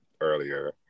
earlier